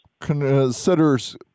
considers